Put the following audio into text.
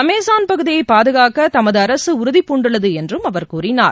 Amazon பகுதியை பாதுகாக்க தமது அரசு உறதிபூண்டுள்ளது என்றும் அவர் கூறினார்